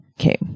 Okay